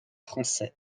français